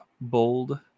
Bold